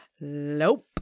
Nope